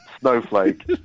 snowflake